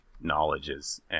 knowledges